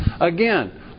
Again